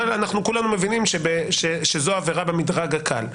אבל כולנו מבינים שזו עבירה במדרג הקל.